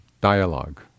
dialogue